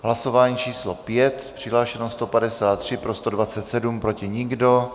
Hlasování číslo 5, přihlášeno 153, pro 127, proti nikdo.